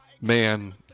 man